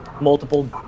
multiple